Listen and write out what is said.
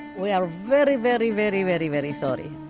we are very, very, very, very very sorry